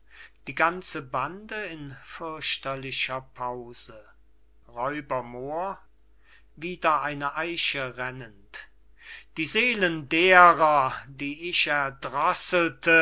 die ganze bande in fürchterlicher pause r moor wider eine eiche rennend die seelen derer die ich erdrosselte